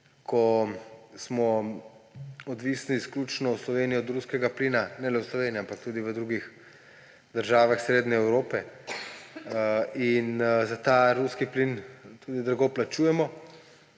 ko smo odvisni izključno v Sloveniji od ruskega plina. Ne le v Sloveniji, ampak tudi v drugih državah srednje Evrope. In za ta ruski plin tudi drago plačujemo